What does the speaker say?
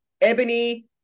Ebony